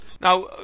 Now